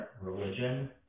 religion